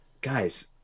guys